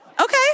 Okay